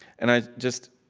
and i just